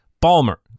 Balmer